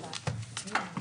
נעולה.